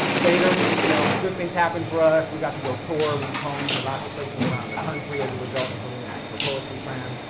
later, you know good things happened for us. we got to go tour, read poems in lots of places around the country as a result of winning the national poetry slam.